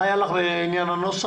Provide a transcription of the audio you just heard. מה היה לך לעניין הנוסח?